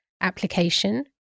application